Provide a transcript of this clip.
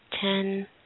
Ten